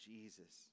Jesus